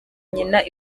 nyina